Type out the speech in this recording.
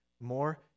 more